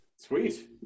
sweet